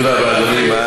תודה רבה, אדוני.